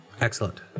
Excellent